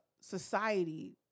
society